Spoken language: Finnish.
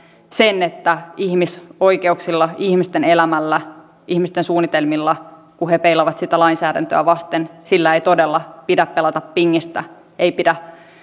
sen että ihmisoikeuksilla ihmisten elämällä ihmisten suunnitelmilla kun he peilaavat niitä lainsäädäntöä vasten ei todella pidä pelata pingistä ei pidä